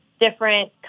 different